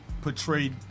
portrayed